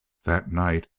that night,